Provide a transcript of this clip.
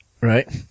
right